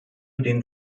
den